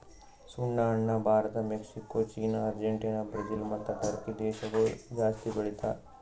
ಸುಣ್ಣ ಹಣ್ಣ Bharat, Mexico, China, Argentina, Brazil ಮತ್ತ ಟರ್ಕಿ ದೇಶಗೊಳ್ ಜಾಸ್ತಿ ಬೆಳಿತಾರ್